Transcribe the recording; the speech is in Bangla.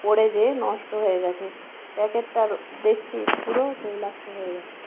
পড়ে যেয়ে নষ্ট হয়ে গেছে প্যাকেটটার দেখছি পুরো তৈলাক্ত হয়ে গেছে